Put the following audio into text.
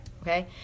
Okay